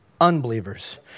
unbelievers